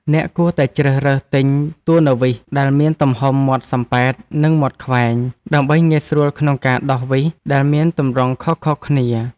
អ្នកគួរតែជ្រើសរើសទិញទួណឺវីសដែលមានទាំងមាត់សំប៉ែត និងមាត់ខ្វែង ដើម្បីងាយស្រួលក្នុងការដោះវីសដែលមានទម្រង់ខុសៗគ្នា។